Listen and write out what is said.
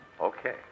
Okay